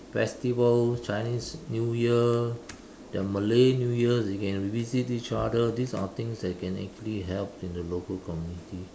festivals Chinese New Year their Malay New Year they can visit each other these are things that you can actually help in the local community